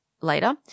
later